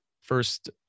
first